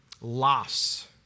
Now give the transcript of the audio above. loss